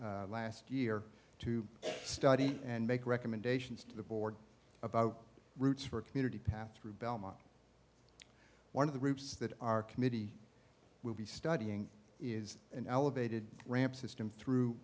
n last year to study and make recommendations to the board about routes for community paths through belmont one of the groups that our committee will be studying is an elevated ramp system through